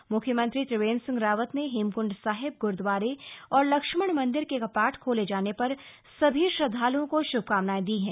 म्ख्यमंत्री त्रिवेन्द्र सिंह रावत ने हेमकंड साहिब ग्रुद्वारे और लक्ष्मण मंदिर के कपाट खोले जाने पर सभी श्रद्धालुओं को श्भकामनायें दी हैं